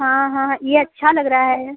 हाँ हाँ ये अच्छा लग रहा है